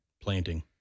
planting